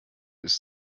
ist